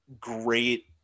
great